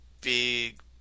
big